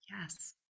Yes